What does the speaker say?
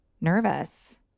nervous